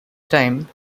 time